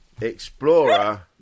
Explorer